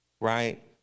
right